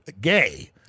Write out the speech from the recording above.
gay